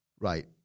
Right